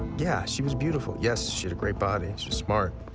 yeah, she was beautiful. yes, she had a great body, and she's smart.